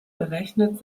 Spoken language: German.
berechnet